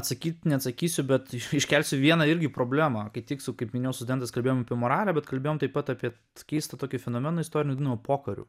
sakyt neatsakysiu bet iškelsiu vieną irgi problemą kaip tik su kaip minėjau studentais kalbėjom apie moralę bet kalbėjom taip pat apie keistą tokį fenomeną istorijoje vadinamu pokariu